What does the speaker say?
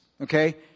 Okay